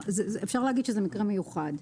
אפשר לומר שזה מקרה מיוחד,